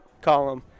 column